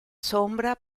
sombra